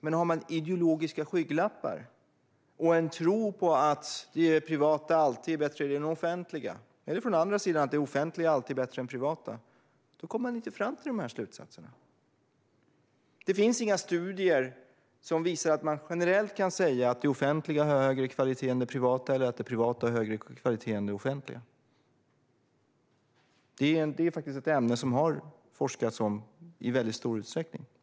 Men har man ideologiska skygglappar och en tro på att det privata alltid är bättre än det offentliga - eller att det offentliga alltid är bättre än det privata - kommer man inte fram till dessa slutsatser. Det finns inga studier som visar att det offentliga generellt har högre kvalitet än det privata eller att det privata har högre kvalitet än det offentliga. Det är faktiskt ett ämne som det har forskats om i stor omfattning.